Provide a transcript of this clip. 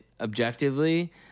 objectively